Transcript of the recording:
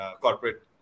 corporate